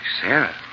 Sarah